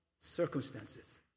circumstances